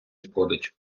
шкодить